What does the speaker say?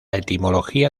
etimología